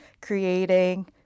creating